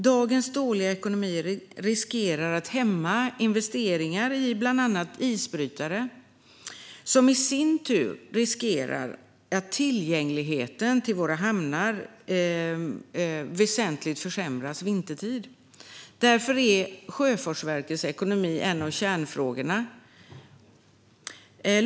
Dagens dåliga ekonomi riskerar att hämma investeringar i bland annat isbrytare. Det i sin tur riskerar att tillgängligheten till våra hamnar väsentligt försämras vintertid. Därför är Sjöfartsverkets ekonomi en av kärnfrågorna. Fru talman!